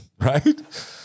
right